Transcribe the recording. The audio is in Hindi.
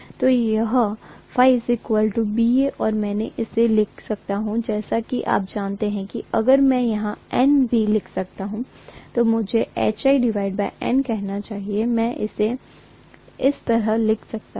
तो यह BA और मैं इसे लिख सकता हूं जैसा कि आप जानते हैं कि अगर मैं यहां N भी लिखता हूं तो मुझे HIN कहना चाहिए मैं इसे इस तरह लिख सकता हूं